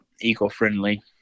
eco-friendly